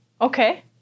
okay